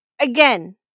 Again